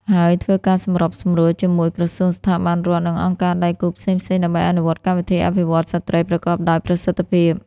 ហើយធ្វើការសម្របសម្រួលជាមួយក្រសួង ស្ថាប័នរដ្ឋ និងអង្គការដៃគូផ្សេងៗ ដើម្បីអនុវត្តកម្មវិធីអភិវឌ្ឍន៍ស្ត្រីប្រកបដោយប្រសិទ្ធភាព។